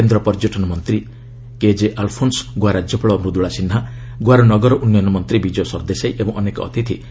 କେନ୍ଦ୍ର ପର୍ଯ୍ୟଟନ ମନ୍ତ୍ରୀ କେ ଜେ ଆଲ୍ଫୋନ୍ସ ଗୋଆ ରାଜ୍ୟପାଳ ମୃଦୁଳା ସିହ୍ନା ଗୋଆର ନଗର ଉନ୍ନୟନ ମନ୍ତ୍ରୀ ବିଜୟ ସରଦେଶାଇ ଏବଂ ଅନେକ ଅତିଥି ଏହି ଉହବରେ ଯୋଗ ଦେବେ